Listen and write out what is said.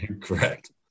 Correct